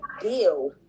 deal